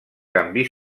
canvi